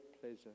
pleasure